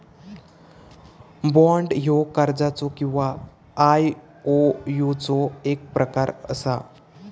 bond ह्यो कर्जाचो किंवा आयओयूचो एक प्रकार असा